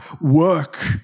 work